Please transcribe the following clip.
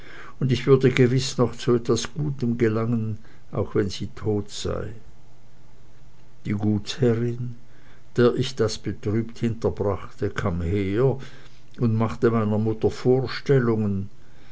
und ich würde gewiß noch zu etwas gutem gelangen auch wenn sie tot sei die gutsherrin der ich das betrübt hinterbrachte kam her und machte meiner mutter vorstellungen